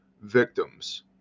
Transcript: victims